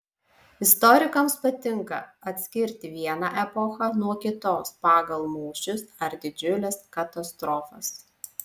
istorikams patinka atskirti vieną epochą nuo kitos pagal mūšius ar didžiules katastrofas